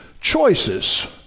choices